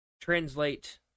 translate